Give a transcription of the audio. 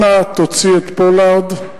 אנא תוציא את פולארד.